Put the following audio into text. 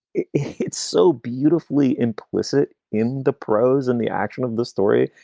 it's so beautifully implicit in the prose and the action of the story.